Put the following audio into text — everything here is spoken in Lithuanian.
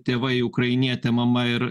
tėvai ukrainietė mama ir